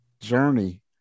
journey